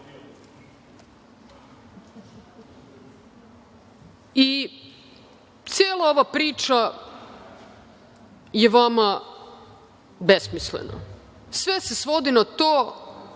Srbiji. Cela ova priča je vama besmislena, sve se svodi na to